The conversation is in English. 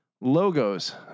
Logos